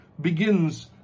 begins